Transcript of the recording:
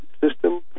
system